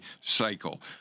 cycle